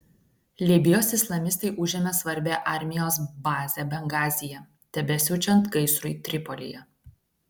libijos islamistai užėmė svarbią armijos bazę bengazyje tebesiaučiant gaisrui tripolyje